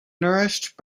nourished